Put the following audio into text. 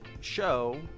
show